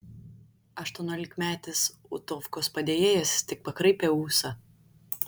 aštuoniolikmetis utovkos padėjėjas tik pakraipė ūsą